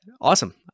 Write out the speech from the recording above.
awesome